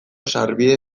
sarbide